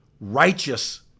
Righteous